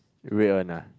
red one lah